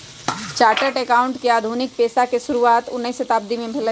chartered accountant के आधुनिक पेशा के शुरुआत उनइ शताब्दी में भेलइ